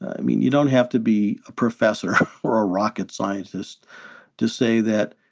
i mean, you don't have to be a professor or a rocket scientist to say that,